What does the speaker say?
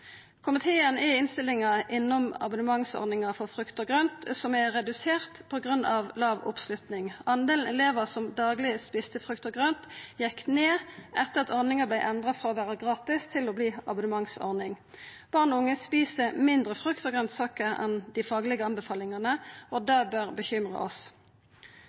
Komiteen er i innstillinga innom abonnementsordninga for frukt og grønt, som er redusert på grunn av låg oppslutning. Delen elevar som dagleg åt frukt og grønt, gjekk ned etter at ordninga vart endra frå å vera gratis til å verta ei abonnementsordning. Barn og unge et mindre frukt og grønsaker enn dei faglege anbefalingane, og det bør bekymra oss.